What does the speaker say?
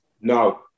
No